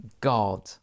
God